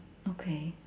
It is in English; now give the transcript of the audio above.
okay